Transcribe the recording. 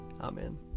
Amen